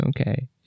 Okay